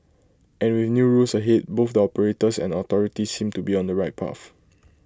and with new rules ahead both the operators and authorities seem to be on the right path